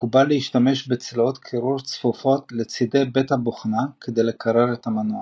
מקובל להשתמש בצלעות קירור צפופות לצידי בית הבוכנה כדי לקרר את המנוע.